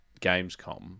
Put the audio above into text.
Gamescom